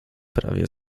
prawie